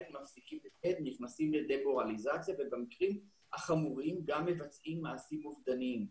נכנסים לדמורליזציה וגם מבצעים מעשים אובדניים.